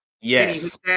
Yes